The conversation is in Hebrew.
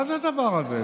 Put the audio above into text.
מה זה הדבר הזה?